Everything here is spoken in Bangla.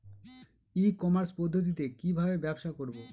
ই কমার্স পদ্ধতিতে কি ভাবে ব্যবসা করব?